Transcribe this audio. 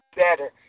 better